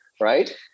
Right